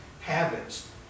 habits